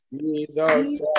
Jesus